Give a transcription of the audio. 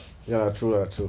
ya true lah true